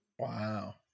Wow